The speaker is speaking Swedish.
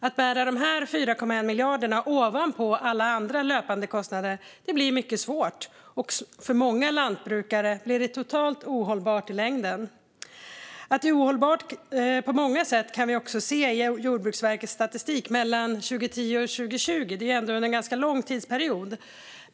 Att bära dessa 4,1 miljarder ovanpå alla andra löpande kostnader blir mycket svårt och för många lantbrukare totalt ohållbart i längden. Att det är ohållbart på många sätt kan vi se i Jordbruksverkets statistik mellan 2010 och 2020, som ändå är en ganska lång tidsperiod.